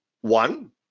One